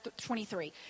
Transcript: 23